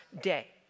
day